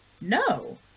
No